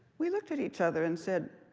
we looked at each other and said,